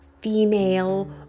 female